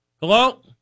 Hello